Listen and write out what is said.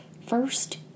first